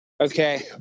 Okay